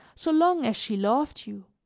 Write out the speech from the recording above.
so long as she loved you.